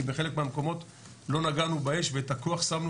בחלק מהמקומות לא נגענו באש ואת הכוח שמנו,